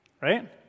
Right